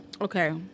Okay